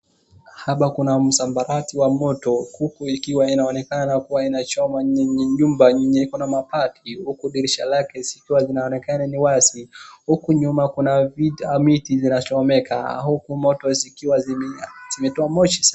Hapa kuna msambarati wa moto huku ikiwa inaonekana kuwa inachoma nyumba yenye iko na mabati. Huku dirisha lake zikiwa zinaonekana ni wazi. Huku nyuma kuna miti inachomeka. Huku moto zikiwa zimetoa moshi.